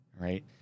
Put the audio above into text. right